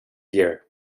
year